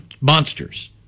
monsters